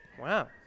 Wow